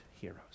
heroes